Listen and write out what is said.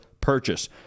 purchase